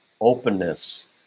openness